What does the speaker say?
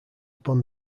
upon